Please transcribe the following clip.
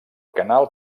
canal